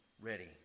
ready